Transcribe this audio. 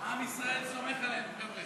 שלוש דקות.